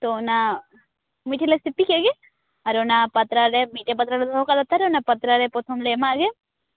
ᱛᱚ ᱚᱱᱟ ᱢᱤᱛᱴᱷᱮᱱ ᱞᱮ ᱥᱤᱯᱤᱠᱮᱫ ᱜᱮ ᱟᱨ ᱚᱱᱟ ᱯᱟᱛᱲᱟ ᱨᱮ ᱢᱤᱛᱴᱮᱱ ᱯᱟᱛᱲᱟ ᱞᱮ ᱫᱚᱦᱚᱠᱟᱜᱼᱟ ᱞᱮ ᱞᱟᱛᱟᱨ ᱨᱮ ᱟᱨ ᱚᱱᱟ ᱯᱟᱛᱲᱟ ᱨᱮ ᱯᱨᱚᱛᱷᱚᱢ ᱞᱮ ᱮᱢᱟᱜ ᱜᱮ